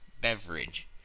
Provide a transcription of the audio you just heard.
beverage